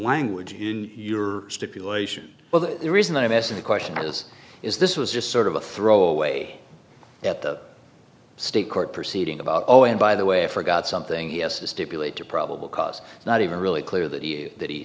language in your stipulation well the reason that i'm asking the question was is this was just sort of a throw away at the state court proceeding about oh and by the way i forgot something yes to stipulate to probable cause not even really clear that he that he